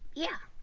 yeah.